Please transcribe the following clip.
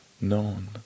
known